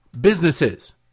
businesses